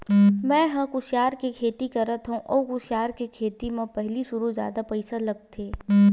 मेंहा ह कुसियार के खेती करत हँव अउ कुसियार के खेती म पहिली सुरु जादा पइसा लगथे